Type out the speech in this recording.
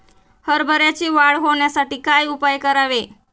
हरभऱ्याची वाढ होण्यासाठी काय उपाय करावे?